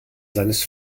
seines